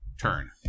turn